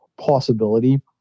possibility